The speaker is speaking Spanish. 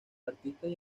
artistas